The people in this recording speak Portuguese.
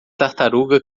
tartaruga